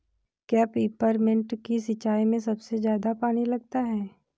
क्या पेपरमिंट की सिंचाई में सबसे ज्यादा पानी लगता है?